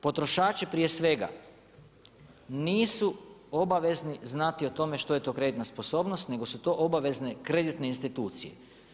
Potrošači prije svega nisu obavezni znati o tome što je to kreditna sposobnost nego su to obavezne kreditne institucije.